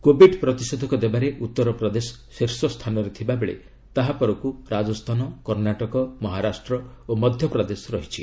Covid ପ୍ରତିଷେଧକ ଦେବାରେ ଉତ୍ତର ପ୍ରଦେଶ ଶୀଷ୍ଠ ସ୍ଥାନରେ ଥିବାବେଳେ ତାହା ପରକୁ ରାଜସ୍ଥାନ କର୍ଷାଟକ ମହାରାଷ୍ଟ୍ର ଓ ମଧ୍ୟପ୍ରଦେଶ ରହିଛି